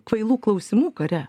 kvailų klausimų kare